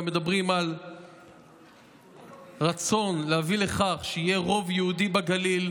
מדברים על רצון להביא לכך שיהיה רוב יהודי בגליל,